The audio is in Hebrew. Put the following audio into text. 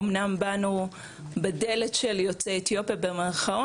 אמנם באנו בדלת של "יוצאי אתיופיה",